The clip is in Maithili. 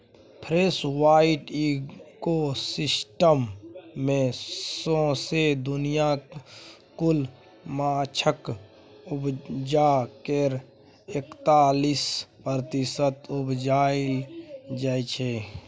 फ्रेसवाटर इकोसिस्टम मे सौसें दुनियाँक कुल माछक उपजा केर एकतालीस प्रतिशत उपजाएल जाइ छै